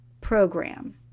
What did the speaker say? program